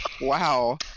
Wow